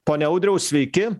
pone audriau sveiki